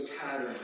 pattern